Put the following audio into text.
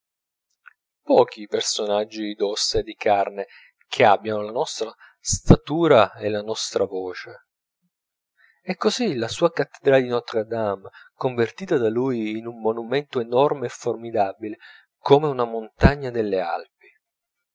pochi i personaggi d'ossa e di carne che abbiano la nostra statura e la nostra voce e così la sua cattedrale di notre dame convertita da lui in un monumento enorme e formidabile come una montagna delle alpi